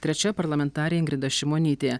trečia parlamentarė ingrida šimonytė